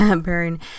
burn